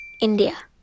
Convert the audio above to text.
India